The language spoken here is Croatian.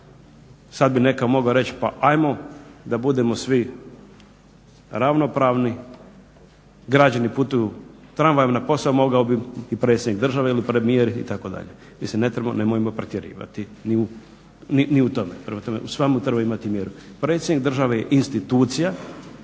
Sad bi netko mogao reći pa ajmo da budemo svi ravnopravni, građani putuju tramvajem na posao mogao bi i predsjednik države ili premijer itd. Mislim nemojmo pretjerivati ni u tome. Prema tome, u svemu treba imati mjeru. Predsjednik države je institucija